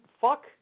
Fuck